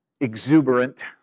exuberant